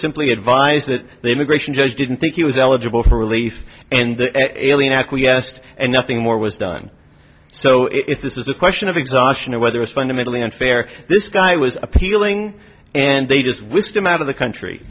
simply advised that the immigration judge didn't think he was eligible for relief and alien acquiesced and nothing more was done so if this is a question of exhaustion or whether it's fundamentally unfair this guy was appealing and they just whisked him out of the country